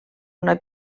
una